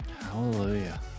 Hallelujah